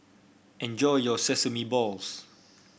enjoy your Sesame Balls